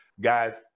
Guys